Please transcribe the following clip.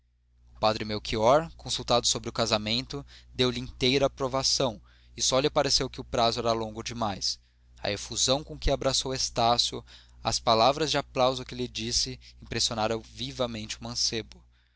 padre melchior consultado sobre o casamento deu-lhe inteira aprovação e só lhe pareceu que o prazo era longo demais a efusão com que abraçou estácio as palavras de aplauso que lhe disse impressionaram vivamente o mancebo